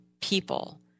people